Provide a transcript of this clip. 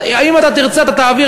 אם אתה תרצה אתה תעביר,